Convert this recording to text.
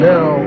Now